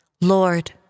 Lord